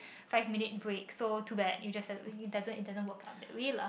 five minute break so too bad you just have to it doesn't it doesn't work out that way lah